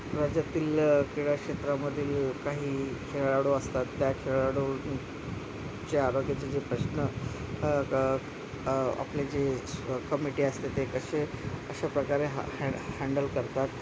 राज्यातील क्रीडा क्षेत्रामधील काही खेळाडू असतात त्या खेळाडू च्या आरोग्याचे जे प्रश्न आपले जे कमिटी असते ते कसे अशा प्रकारे हा हॅ हँडल करतात